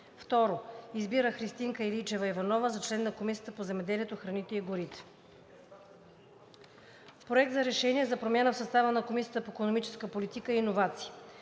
2. Избира Христинка Илийчева Иванова за член на Комисията по земеделието, храните и горите.“ „Проект! РЕШЕНИЕ за промяна в състава на Комисия по икономическа политика и иновации